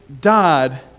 died